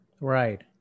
Right